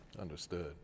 Understood